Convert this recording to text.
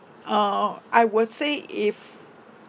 oh I would say if